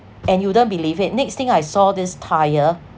and you wouldn't believe it next thing I saw this tyre